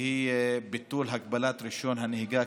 והיא ביטול הגבלת רישיון הנהיגה.